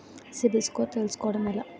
CIBIL score తెల్సుకోటం ఎలా?